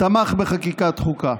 תמך בחקיקת חוקה.